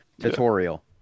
Tutorial